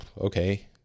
okay